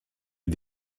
est